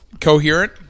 coherent